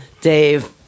Dave